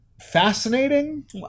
fascinating